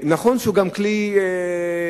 נכון שהוא גם כלי לא